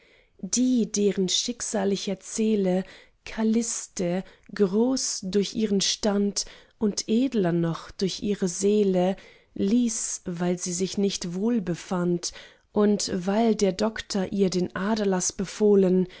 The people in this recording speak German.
die deren schicksal ich erzähle calliste groß durch ihren stand und edler noch durch ihre seele ließ weil sie sich nicht wohl befand und weil der doktor ihr den aderlaß befohlen